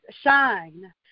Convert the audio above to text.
shine